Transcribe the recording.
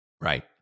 Right